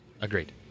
Agreed